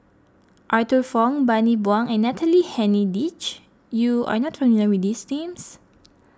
Arthur Fong Bani Buang and Natalie Hennedige you are not familiar with these names